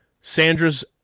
Sandra's